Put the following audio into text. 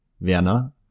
Werner